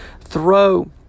Throw